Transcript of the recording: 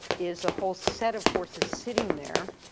is a whole set of forces sitting there